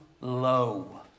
low